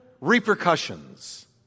repercussions